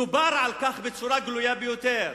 דובר על כך בצורה גלויה ביותר.